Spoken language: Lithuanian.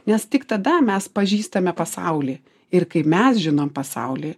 nes tik tada mes pažįstame pasaulį ir kaip mes žinom pasaulį